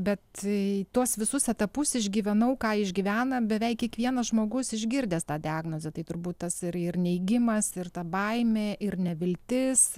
bet į tuos visus etapus išgyvenau ką išgyvena beveik kiekvienas žmogus išgirdęs tą diagnozę tai turbūt tas ir ir neigimas ir ta baimė ir neviltis